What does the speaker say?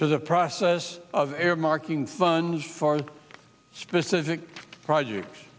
to the process of earmarking funds for specific project